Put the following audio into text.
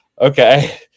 okay